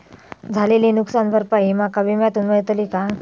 झालेली नुकसान भरपाई माका विम्यातून मेळतली काय?